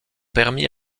permis